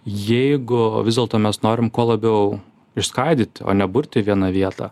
jeigu vis dėlto mes norim kuo labiau išskaidyti o ne burti į vieną vietą